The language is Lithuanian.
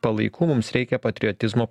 palaikų mums reikia patriotizmo